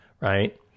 Right